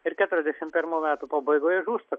ir keturiasdešim pirmų metų pabaigoje žūsta